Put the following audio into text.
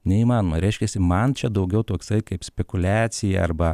neįmanoma reiškiasi man čia daugiau toksai kaip spekuliacija arba